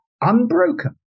unbroken